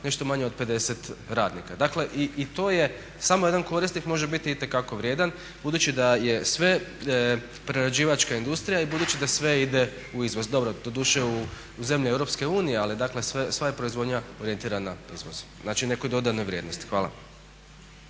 nešto manje od 50 radnika. Dakle i to je samo jedan korisnik može biti itekako vrijedan budući da je sve prerađivačka industrija i budući da sve ide u izvoz. Dobro, doduše u zemlje EU, ali dakle sva je proizvodnja orijentirana izvozu. Znači, nekoj dodanoj vrijednosti. Hvala.